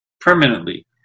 permanently